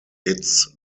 its